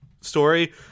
story